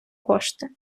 кошти